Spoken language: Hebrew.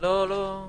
השאלה מה זה אומר.